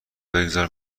بگذار